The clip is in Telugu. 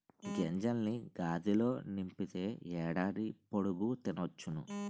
గింజల్ని గాదిలో నింపితే ఏడాది పొడుగు తినొచ్చును